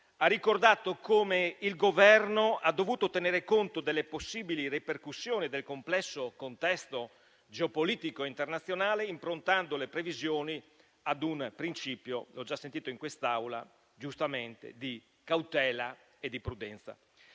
ha ricordato come il Governo ha dovuto tenere conto delle possibili ripercussioni del complesso contesto geopolitico internazionale, improntando le previsioni a un principio di cautela e di prudenza,